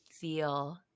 feel